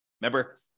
Remember